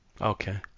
okay